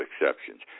exceptions